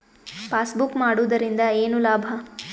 Passbook ಮಾಡುದರಿಂದ ಏನು ಲಾಭ?